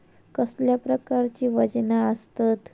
कसल्या प्रकारची वजना आसतत?